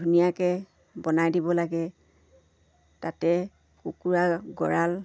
ধুনীয়াকৈ বনাই দিব লাগে তাতে কুকুৰা গঁড়াল